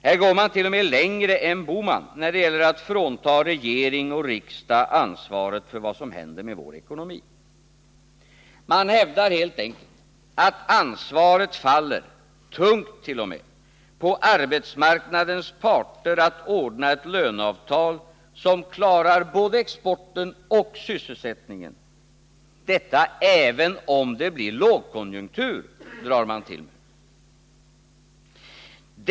Här går man t.o.m. längre än herr Bohman när det gäller att frånta regering och riksdag ansvaret för vad som händer med vår ekonomi. Man hävdar helt enkelt att ansvaret faller, tungt t.o.m., på arbetsmarknadens parter att ordna ett löneavtal, som klarar både exporten och sysselsättningen — detta även om det blir lågkonjunktur, drar man till med.